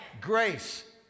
Grace